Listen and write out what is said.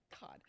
God